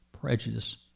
prejudice